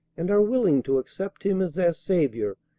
and are willing to accept him as their saviour,